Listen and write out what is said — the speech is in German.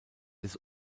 des